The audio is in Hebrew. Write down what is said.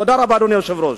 תודה רבה, אדוני היושב-ראש.